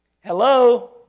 hello